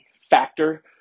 factor